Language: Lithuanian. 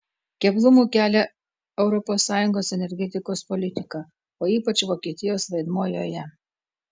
keblumų kelia europos sąjungos energetikos politika o ypač vokietijos vaidmuo joje